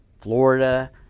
Florida